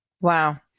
Wow